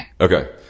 Okay